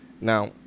Now